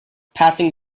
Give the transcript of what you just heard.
passing